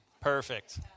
Perfect